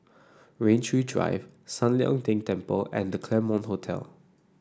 Rain Tree Drive San Lian Deng Temple and The Claremont Hotel